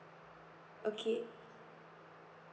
okay